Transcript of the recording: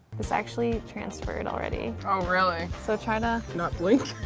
this actually transferred already. oh really? so try to not blink?